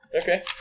Okay